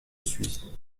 suis